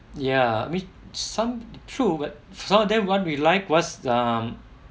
ya I mean some true but some of them what we like was um